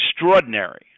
extraordinary